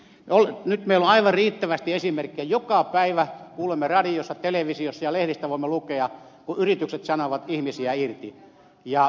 nyt meillä on aivan riittävästi esimerkkejä joka päivä kuulemme radiossa televisiossa ja voimme lukea lehdistä että yritykset sanovat ihmisiä irti ja lomauttavat